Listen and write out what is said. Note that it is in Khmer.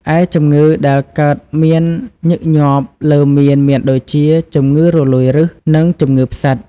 ឯជំងឺដែលកើតមានញឹកញាប់លើមៀនមានដូចជា ជំងឺរលួយឫស និង ជំងឺផ្សិត។